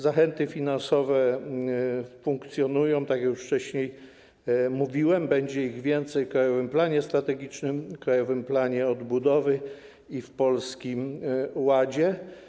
Zachęty finansowe funkcjonują, tak jak już wcześniej mówiłem, będzie ich więcej w krajowym planie strategicznym, w Krajowym Planie Odbudowy i w Polskim Ładzie.